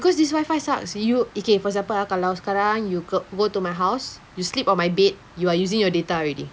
because this wifi sucks you okay for example ah kalau sekarang you co~ go to my house you sleep on my bed you are using your data already